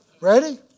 Ready